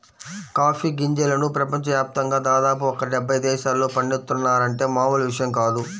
coffee గింజలను ప్రపంచ యాప్తంగా దాదాపు ఒక డెబ్బై దేశాల్లో పండిత్తున్నారంటే మామూలు విషయం కాదు